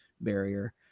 barrier